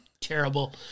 terrible